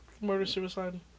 murder-suicide